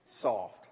soft